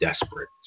Desperate